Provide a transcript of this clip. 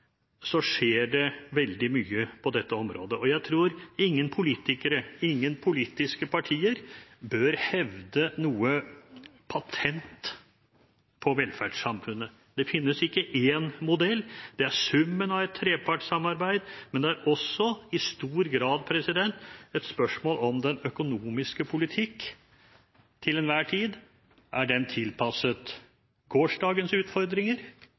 skjer det veldig mye på dette området. Jeg tror ingen politikere og ingen politiske partier bør hevde noe patent på velferdssamfunnet. Det finnes ikke én modell. Det er summen av et trepartssamarbeid, men det er også i stor grad et spørsmål om den økonomiske politikk til enhver tid er tilpasset gårsdagens utfordringer